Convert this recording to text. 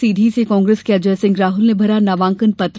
सीधी से कांग्रेस के अजय सिंह राहल ने भरा नामाकंन पत्र